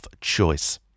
choice